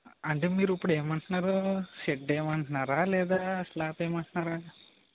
అంటే మీరు ఇప్పుడు ఏం అంటున్నారు షెడ్ వేయమంటునారా లేదా స్లాబ్ వేయమంటునారా